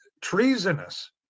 treasonous